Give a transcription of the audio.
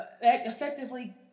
effectively